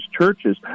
churches